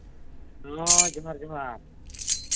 ᱦᱮᱸ ᱡᱚᱸᱦᱟᱨ ᱡᱚᱸᱦᱟᱨ